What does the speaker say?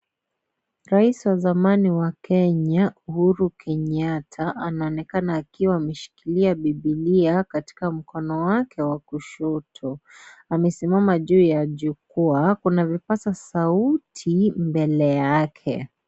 Raisi wa zamani wa Kenya, Uhuru Kenyatta. Anaonekana akiwa ameshikilia Bibilia katika mkono wake wa kushoto. Amesimama juu ya jukwaa. Kuna vipaza sauti mbele yake.